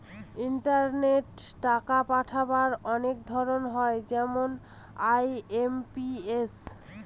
ইন্টারনেটে টাকা পাঠাবার অনেক ধরন হয় যেমন আই.এম.পি.এস